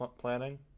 planning